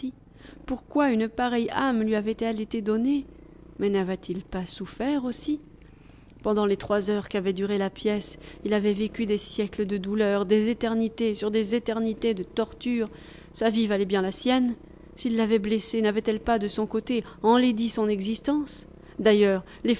pourquoi une pareille âme lui avait-elle été donnée mais n'avait-il pas souffert aussi pendant les trois heures qu'avait duré la pièce il avait vécu des siècles de douleur des éternités sur des éternités de torture sa vie valait bien la sienne s'il l'avait blessée n'avait-elle pas de son côté enlaidi son existence d'ailleurs